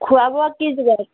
খোৱা বোৱা কি যোগাৰ